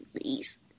please